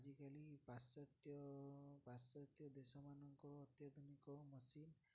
ଆଜିକାଲି ପାଶ୍ଚାତ୍ୟ ପାଶ୍ଚାତ୍ୟ ଦେଶମାନଙ୍କର ଅତ୍ୟାଧୁନିକ ମେସିନ୍